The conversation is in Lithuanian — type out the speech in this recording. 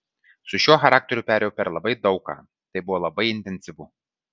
su šiuo charakteriu perėjau per labai daug ką tai buvo labai intensyvu